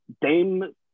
Dame